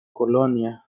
colonia